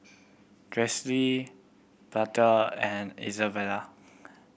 Baxter and Izabella